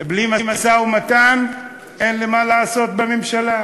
בלי משא-ומתן אין לי מה לעשות בממשלה.